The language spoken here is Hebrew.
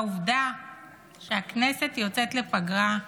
העובדה שהכנסת יוצאת לפגרה,